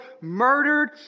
murdered